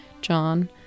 John